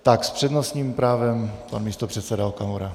Tak s přednostním právem pan místopředseda Okamura.